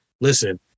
Listen